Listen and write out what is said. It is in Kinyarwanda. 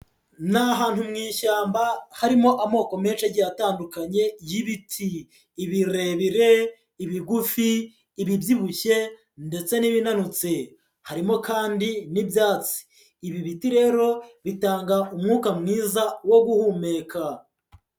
Ni ahantu mu ishyamba harimo amoko menshi agiye atandukanye y'ibiti: ibirebire, ibigufi, ibibyibushye ndetse n'ibinanutse, harimo kandi n'ibyatsi, ibi biti rero bitanga umwuka mwiza wo guhumeka.